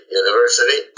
university